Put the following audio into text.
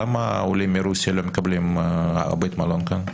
למה העולים מרוסיה לא מקבלים בית מלון כאן?